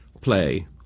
play